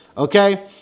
Okay